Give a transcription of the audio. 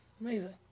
amazing